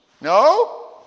No